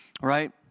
right